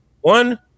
One